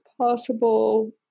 possible